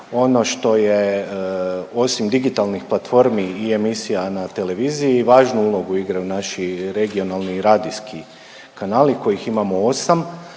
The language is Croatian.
Ono što je osim digitalnih platformi i emisija na televiziji važnu ulogu igraju naši regionalni i radijski kanali kojih imamo osam